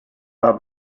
war